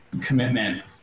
commitment